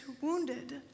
wounded